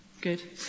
Good